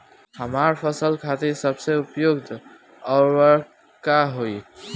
हमार फसल खातिर सबसे उपयुक्त उर्वरक का होई?